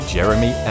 Jeremy